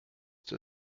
der